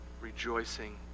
rejoicing